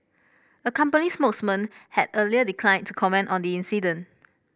a company spokesman had earlier declined to comment on the incident